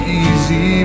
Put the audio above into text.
easy